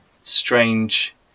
strange